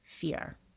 fear